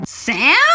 Sam